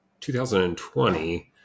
2020